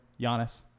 Giannis